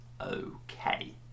okay